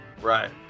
Right